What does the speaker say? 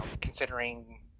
considering